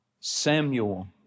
Samuel